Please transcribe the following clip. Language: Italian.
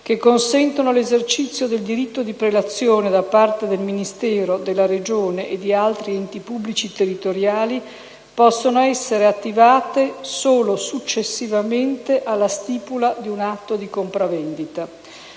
che consentono l'esercizio del diritto di prelazione da parte del Ministero, della Regione e di altri enti pubblici territoriali, possono essere attivate solo successivamente alla stipula di un atto di compravendita,